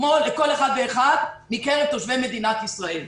כמו לכל אחד ואחד מקרב תושבי מדינת ישראל.